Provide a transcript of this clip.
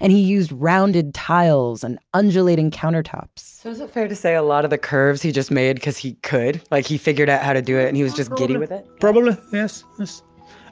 and he used rounded tiles and undulating countertops so is it fair to say a lot of the curves he just made cause he could? like, he figured out how to do it and he was just giddy with it? probably, yes.